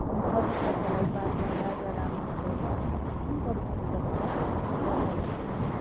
अनि सती प्रथालाई बादमा राजा राममोहन रायले आफ्नो कठिन परिश्रम गरेर बन्द गराएको